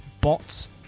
bots